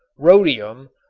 rhodium,